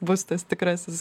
bus tas tikrasis